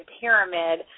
pyramid